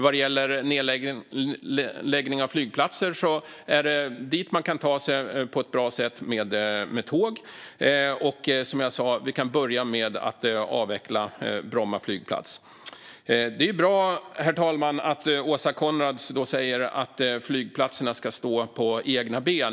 Vad gäller nedläggning av flygplatser som inte behövs handlar det om vart man kan ta sig på ett bra sätt med tåg. Som jag sa kan vi börja med att avveckla Bromma flygplats. Herr talman! Det är bra att Åsa Coenraads säger att flygplatserna ska stå på egna ben.